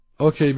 Okay